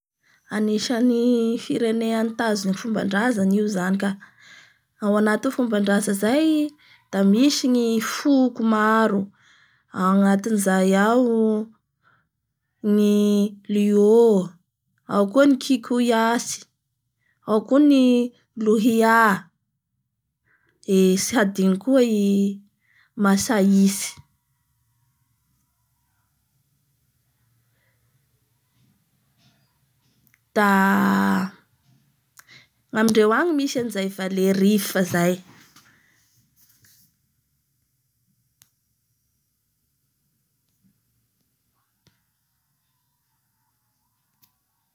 Anisan'ny firenena mitazo ny fombandrazany io zany ka ao anatin'ny fomba ndraza zay da misy ny foko maro angantin'izay ao ny luo, ao koa ny kikouiasy, ao koa louhia, eee tsy hadino koa i masaisy